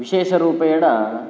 विशेषरूपेण